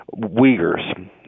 Uyghurs